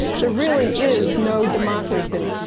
there really is no democracy,